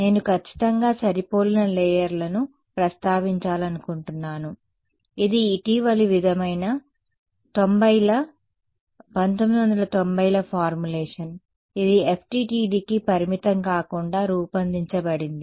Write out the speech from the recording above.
నేను ఖచ్చితంగా సరిపోలిన లేయర్లను ప్రస్తావించాలనుకుంటున్నాను ఇది ఇటీవలి విధమైన 90ల 1990ల ఫార్ములేషన్ ఇది FDTD కి పరిమితం కాకుండా రూపొందించబడింది